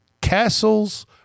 Castle's